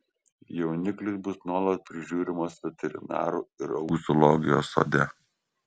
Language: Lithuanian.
jauniklis bus nuolat prižiūrimas veterinarų ir augs zoologijos sode